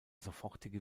sofortige